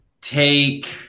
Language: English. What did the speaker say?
take